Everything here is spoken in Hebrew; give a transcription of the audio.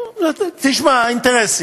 תשמע, אינטרסים.